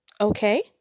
okay